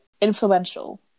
Influential